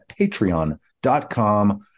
patreon.com